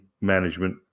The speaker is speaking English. management